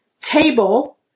table